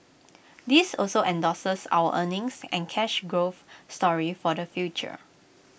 this also endorses our earnings and cash growth story for the future